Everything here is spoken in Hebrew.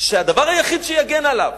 שהדבר היחיד שיגן עליו